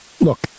look